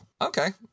okay